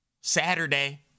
Saturday